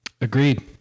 Agreed